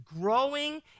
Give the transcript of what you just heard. growing